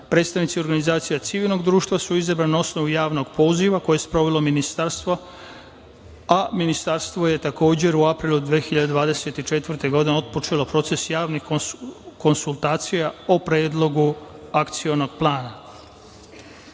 Predstavnici organizacija civilnog društva su izabrani na osnovu javnog poziva koje je sprovelo ministarstvo, a ministarstvo je takođe u aprilu 2024. godine otpočelo proces javnih konsultacija o predlogu Akcionog plana. Tokom